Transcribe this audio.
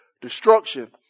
destruction